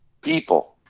people